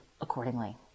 accordingly